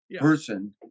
person